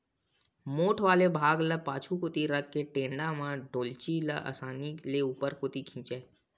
मोठ वाले भाग ल पाछू कोती रखे के टेंड़ा म डोल्ची ल असानी ले ऊपर कोती खिंचय